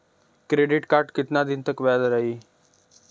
Credit card कितना दिन तक वैध रही?